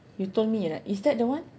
you told me right is that the one